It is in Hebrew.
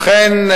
אכן,